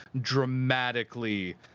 dramatically